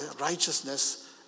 righteousness